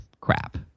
crap